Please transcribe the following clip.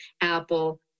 apple